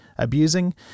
Abusing